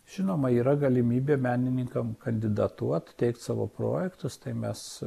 žinoma yra galimybė menininkam kandidatuot teikt savo projektus tai mes